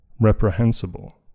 reprehensible